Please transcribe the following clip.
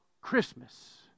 Christmas